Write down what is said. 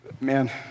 man